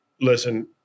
listen –